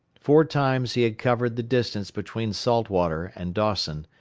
four times he had covered the distance between salt water and dawson,